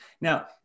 now